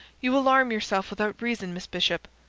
you alarm yourself without reason, miss bishop.